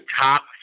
top